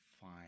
fine